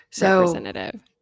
representative